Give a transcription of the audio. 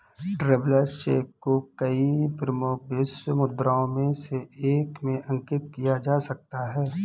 travellers cheque को कई प्रमुख विश्व मुद्राओं में से एक में अंकित किया जा सकता है